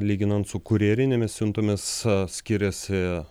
lyginant su kurjerinėmis siuntomis skiriasi